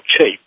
cheap